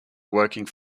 working